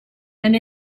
and